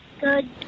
Good